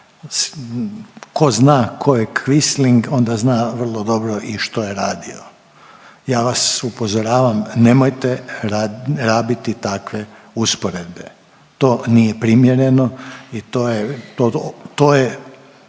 tko zna tko je Quisling onda zna vrlo dobro i što je radio. Ja vas upozoravam nemojte rabiti takve usporedbe, to nije primjereno i to je,